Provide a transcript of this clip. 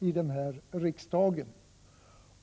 av den här verksamheten.